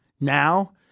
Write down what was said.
now